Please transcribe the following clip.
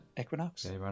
Equinox